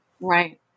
Right